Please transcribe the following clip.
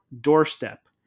doorstep